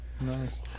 Nice